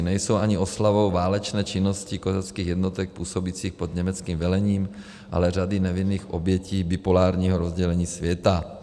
Nejsou ani oslavou válečné činnosti kozáckých jednotek působících pod německým velením, ale řady nevinných obětí bipolárního rozdělení světa.